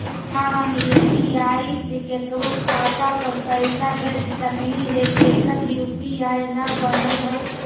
का हम यु.पी.आई से केकरो खाता पर पैसा भेज सकली हे जेकर यु.पी.आई न बनल है?